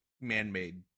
man-made